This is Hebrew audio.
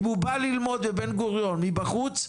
אם הוא בא ללמוד בבן גוריון מבחוץ,